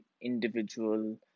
individual